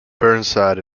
burnside